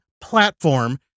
platform